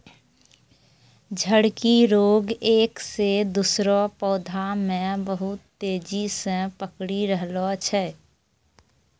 झड़की रोग एक से दुसरो पौधा मे बहुत तेजी से पकड़ी रहलो छै